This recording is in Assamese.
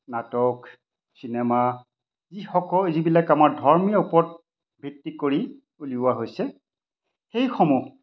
নাটক চিনেমা যিসকল যিবিলাক আমাৰ ধৰ্মীয় ওপৰত ভিত্তি কৰি উলিওৱা হৈছে সেইসমূহ